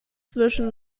zwischen